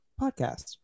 podcast